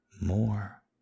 more